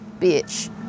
bitch